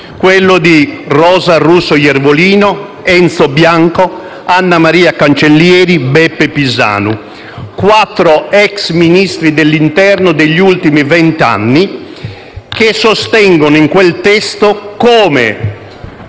quello di Rosa Russo Iervolino, Enzo Bianco, Annamaria Cancellieri, Beppe Pisanu: quattro ex Ministri dell'interno degli ultimi venti anni, che sostengono in quel testo come